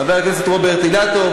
חבר הכנסת רוברט אילטוב,